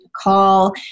call